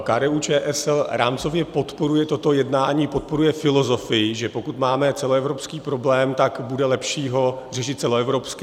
KDUČSL rámcově podporuje toto jednání, podporuje filozofii, že pokud máme celoevropský problém, tak bude lepší ho řešit celoevropsky.